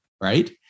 Right